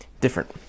different